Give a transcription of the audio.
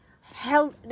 Health